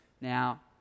now